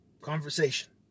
Conversation